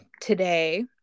today